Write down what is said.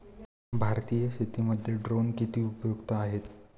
भारतीय शेतीमध्ये ड्रोन किती उपयुक्त आहेत?